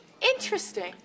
Interesting